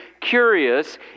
curious